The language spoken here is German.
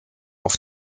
auf